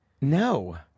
No